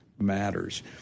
matters